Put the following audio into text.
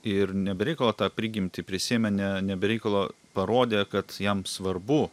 ir ne be reikalo tą prigimtį prisiėmė ne ne be reikalo parodė kad jam svarbu